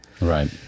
Right